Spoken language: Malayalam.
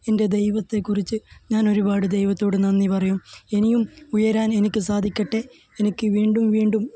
എന്റെ ദൈവത്തെക്കുറിച്ച് ഞാൻ ഒരുപാട് ദൈവത്തോട് നന്ദി പറയും ഇനിയും ഉയരാൻ എനിക്ക് സാധിക്കട്ടെ എനിക്ക് വീണ്ടും വീണ്ടും